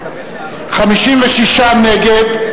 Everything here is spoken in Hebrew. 56 נגד,